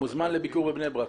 אתה מוזמן לביקור בבני ברק.